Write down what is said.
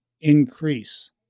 increase